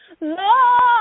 Lord